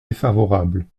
défavorable